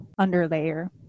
underlayer